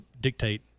dictate